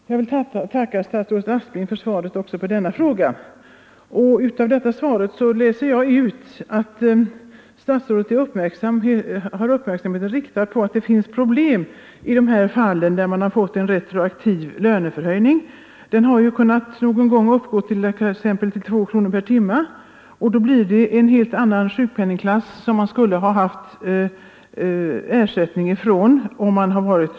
Herr talman! Jag vill tacka statsrådet Aspling för svaret också på denna fråga. Av svaret läser jag ut att statsrådet har uppmärksamheten riktad på att det finns problem i de fall där man fått en retroaktiv löneförhöjning. Den har någon gång kunnat uppgå till 2 kronor per timme, och då skulle man haft ersättning enligt en helt annan sjukpenningklass.